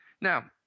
Now